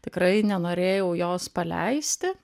tikrai nenorėjau jos paleisti